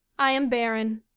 i am barren.